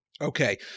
Okay